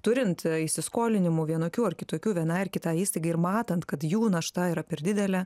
turint įsiskolinimų vienokių ar kitokių vienai ar kitai įstaigai ir matant kad jų našta yra per didelė